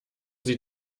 sie